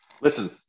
Listen